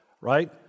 right